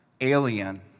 alien